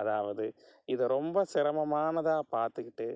அதாவது இதை ரொம்ப சிரமமானதாக பார்த்துக்கிட்டு